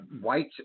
White